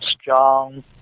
strong